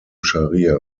scharia